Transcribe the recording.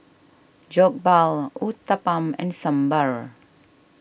Jokbal Uthapam and Sambar